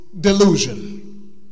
delusion